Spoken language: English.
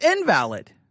invalid